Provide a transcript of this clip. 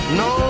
no